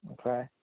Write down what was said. Okay